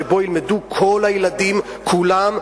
שבו ילמדו כל הילדים כולם,